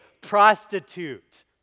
prostitute